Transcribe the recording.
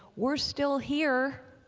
we're still here.